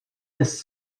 des